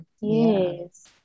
yes